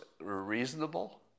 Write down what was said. reasonable